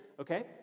okay